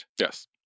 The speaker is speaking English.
Yes